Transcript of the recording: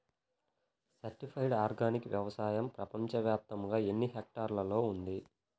Certified organic వ్యవసాయం ప్రపంచ వ్యాప్తముగా ఎన్నిహెక్టర్లలో ఉంది?